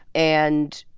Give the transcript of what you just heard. and,